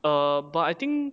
err but I think